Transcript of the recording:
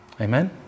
Amen